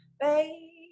baby